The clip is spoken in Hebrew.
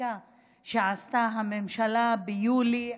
החקיקה שעשתה הממשלה ביולי 2021: